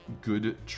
good